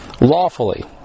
lawfully